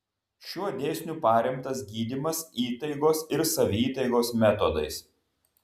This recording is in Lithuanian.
šiuo dėsniu paremtas gydymas įtaigos ir savitaigos metodais